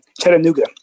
Chattanooga